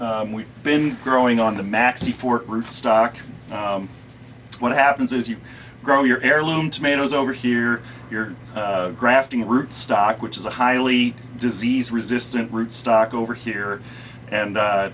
we've been growing on the maxi fork rootstock what happens is you grow your heirloom tomatoes over here you're grafting a root stock which is a highly disease resistant root stock over here and